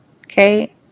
okay